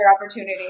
opportunity